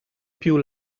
più